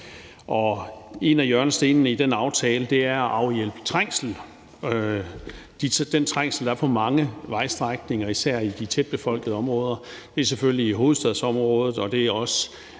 En af hjørnestenene i den aftale er at afhjælpe den trængsel, der er på mange vejstrækninger især i de tætbefolkede områder. Det er selvfølgelig i hovedstadsområdet, og det er også